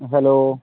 hello